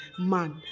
man